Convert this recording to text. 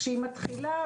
כשהיא מתחילה,